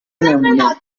نمونهمن